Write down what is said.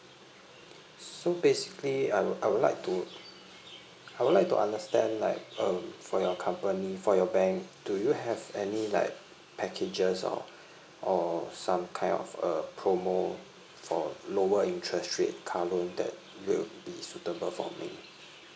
so basically I would I would like to I would like to understand like um for your company for your bank do you have any like packages or or some kind of a promo for lower interest rate car loan that will be suitable for me